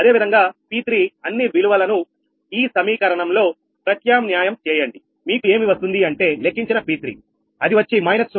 అదేవిధంగా P3 అన్ని విలువలను ఈ సమీకరణం లో ప్రత్యామ్న్యాయం చేయండి మీకు ఏమి వస్తుంది అంటే లెక్కించిన P3 అది వచ్చి −0